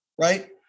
right